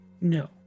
No